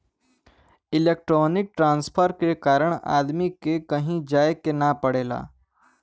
electronic transfer के कारण आदमी के कहीं जाये के ना पड़ेला